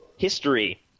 history